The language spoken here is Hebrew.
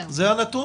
זה הנתון?